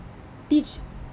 teach